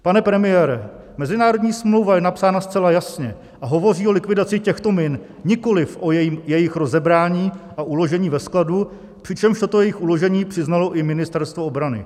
Pane premiére, mezinárodní smlouva je napsána zcela jasně a hovoří o likvidaci těchto min, nikoliv o jejich rozebrání a uložení ve skladu, přičemž toto jejich uložení přiznalo i Ministerstvo obrany.